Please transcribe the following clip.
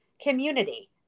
community